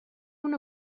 una